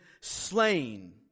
slain